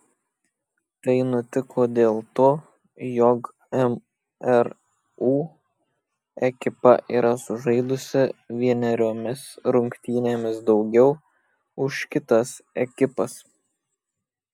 tai nutiko dėl to jog mru ekipa yra sužaidusi vieneriomis rungtynėmis daugiau už kitas ekipas